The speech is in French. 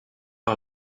par